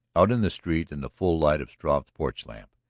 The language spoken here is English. out in the street, in the full light of struve's porch-lamp,